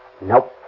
Nope